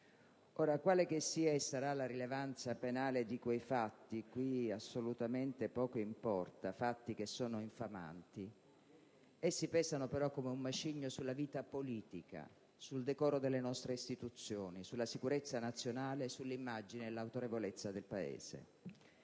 Ora, quale che sia e sarà la rilevanza penale di quei fatti infamanti qui assolutamente poco importa: essi pesano però come un macigno sulla vita politica, sul decoro delle nostre istituzioni, sulla sicurezza nazionale e sull'immagine e l'autorevolezza del Paese.